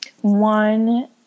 One